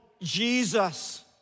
Jesus